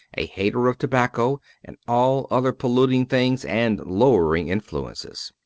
a hater of tobacco and all other polluting things and lowering influences.